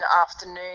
afternoon